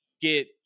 get